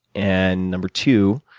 and number two,